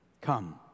Come